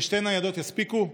ששתי ניידות יספיקו?